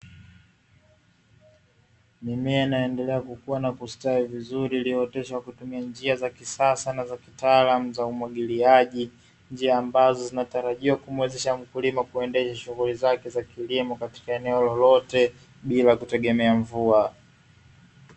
Mimea inaendelea kukua na kustawi vizuri iliyooteshwa kutumia njia za kisasa sana za kitaalamu za umwagiliaji. Njia ambazo zinatarajiwa kumwezesha mkulima kuendesha shughuli zake za kilimo katika eneo lolote bila kutegemea mvua.